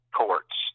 courts